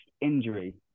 injury